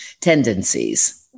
tendencies